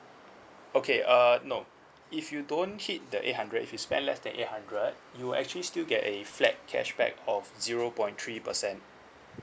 okay uh no if you don't hit the eight hundred if you spend less than eight hundred you actually still get a flat cashback of zero point three percent